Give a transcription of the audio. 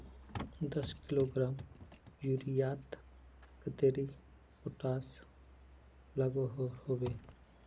दस किलोग्राम यूरियात कतेरी पोटास लागोहो होबे?